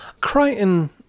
Crichton